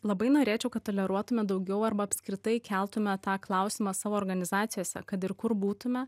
labai norėčiau kad toleruotume daugiau arba apskritai keltume tą klausimą savo organizacijose kad ir kur būtume